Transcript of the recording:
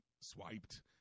swiped